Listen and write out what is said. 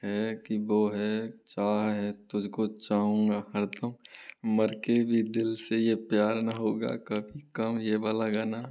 है कि वो है चाहा है तुझ को चाहूँगा हरदम मर के भी दिल से ये प्यार ना होगा कभी कम ये वाला गाना